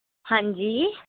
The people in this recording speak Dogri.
हां जी